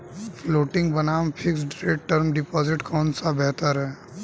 Floating बनाम fixed rate term deposit कौन सा बेहतर है?